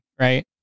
right